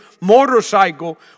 motorcycle